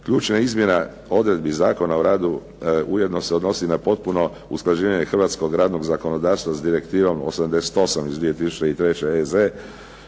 Ključna izmjena odredbi Zakona o radu ujedno se odnosi na potpuno usklađenje hrvatskog radnog zakonodavstva s Direktivom 88 iz 2003. EZ